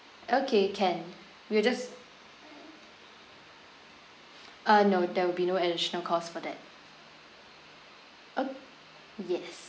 okay can we'll just uh no there will be no additional cost for that oh yes